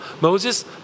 Moses